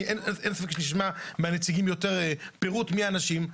אין ספק שנשמע מהנציגים יותר פירוט מי אלה האנשים.